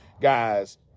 guys